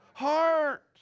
heart